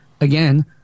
again